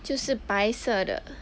就是白色的